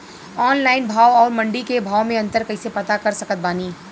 Online भाव आउर मंडी के भाव मे अंतर कैसे पता कर सकत बानी?